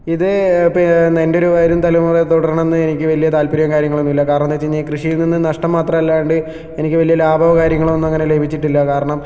ഇത് പി എൻ്റെ ഒരു വരും തലമുറ തുടരണമെന്ന് എനിക്ക് വലിയ താത്പര്യവും കാര്യങ്ങളൊന്നുമില്ല കാരണമെന്ന് വെച്ചുകഴിഞ്ഞാൽ കൃഷിയിൽ നിന്ന് നഷ്ടം മാത്രമല്ലാണ്ട് എനിക്ക് വലിയ ലാഭമോ കാര്യങ്ങളോ ഒന്നും അങ്ങനെ ലഭിച്ചിട്ടില്ല കാരണം